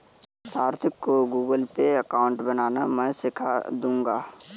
सार्थक को Google Pay account बनाना मैं सीखा दूंगा